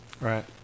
Right